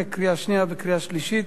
2012, לקריאה שנייה וקריאה שלישית.